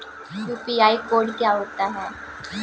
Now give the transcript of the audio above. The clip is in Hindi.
यू.पी.आई कोड क्या होता है?